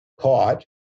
caught